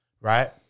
right